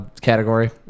category